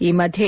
ಈ ಮಧ್ಯೆ